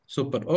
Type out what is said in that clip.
Super